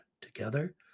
Together